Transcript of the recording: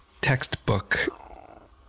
textbook